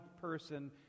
person